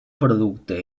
producte